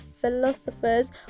philosophers